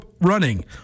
running